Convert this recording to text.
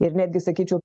ir netgi sakyčiau